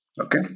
Okay